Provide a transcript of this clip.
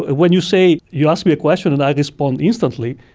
when you say you ask me a question and i respond instantly,